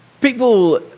People